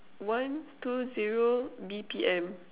one two zero B_P_M